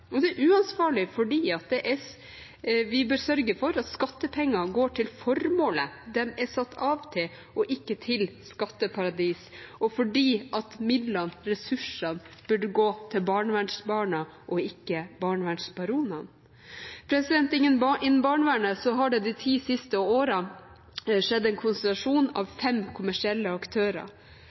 mitt syn direkte uansvarlig. Det er uansvarlig fordi vi bør sørge for at skattepengene går til formålet de er satt av til, ikke til skatteparadis, og fordi midlene, ressursene, burde gå til barnevernsbarna, ikke barnevernsbaronene. Innen barnevernet har det de ti siste årene skjedd en konsentrasjon av fem kommersielle aktører.